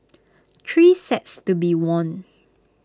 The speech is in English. three sets to be won